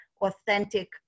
authentic